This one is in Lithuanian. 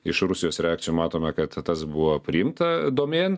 iš rusijos reakcijų matome kad tas buvo priimta domėn